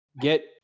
get